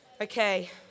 Okay